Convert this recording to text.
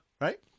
Right